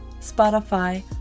Spotify